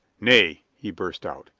nay, he burst out,